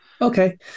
Okay